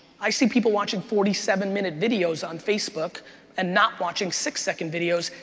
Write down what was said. i see people watching forty seven minute videos on facebook and not watching six second videos.